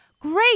Great